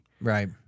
Right